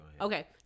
Okay